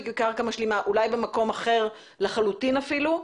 כקרקע משלימה אולי במקום אחר לחלוטין אפילו.